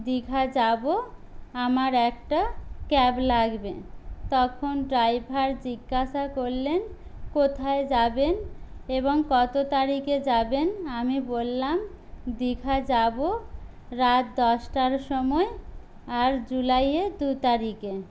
দীঘা যাব আমার একটা ক্যাব লাগবে তখন ড্রাইভার জিজ্ঞাসা করলেন কোথায় যাবেন এবং কত তারিখে যাবেন আমি বললাম দীঘা যাব রাত দশটার সময় আর জুলাইয়ের দু তারিখে